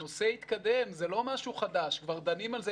הנושא התקדם, זה לא משהו חדש, כבר דנים על זה.